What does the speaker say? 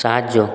সাহায্য